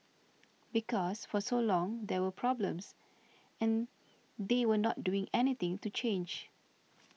because for so long there were problems and they were not doing anything to change